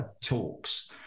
talks